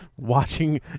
watching